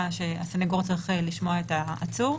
תיכף נשמע את הסנגוריה הציבורית,